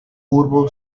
urbo